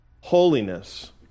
holiness